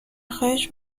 خواهش